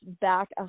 back